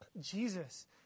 Jesus